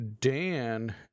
Dan